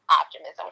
optimism